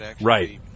Right